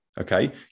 Okay